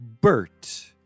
Bert